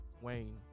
Wayne